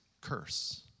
curse